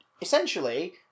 Essentially